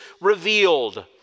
revealed